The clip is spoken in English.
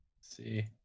see